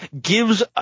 gives